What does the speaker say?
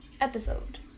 episode